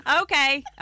Okay